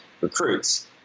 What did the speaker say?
recruits